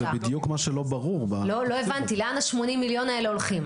אז לא הבנתי, לאן ה-80 מיליון האלה הולכים?